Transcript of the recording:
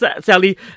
Sally